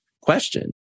question